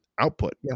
output